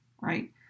right